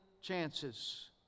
chances